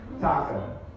Taco